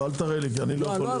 לא, אל תראה לי כי אני לא יכול.